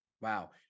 Wow